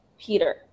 Peter